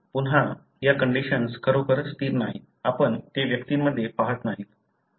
पुन्हा या कंडिशन्स खरोखर स्थिर नाहीत आपण ते व्यक्तींमध्ये पाहत नाही